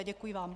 Děkuji vám.